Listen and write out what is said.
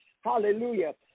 Hallelujah